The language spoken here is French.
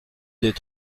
des